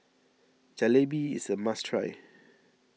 Jalebi is a must try